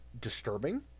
disturbing